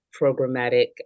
programmatic